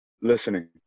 listening